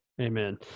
Amen